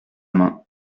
main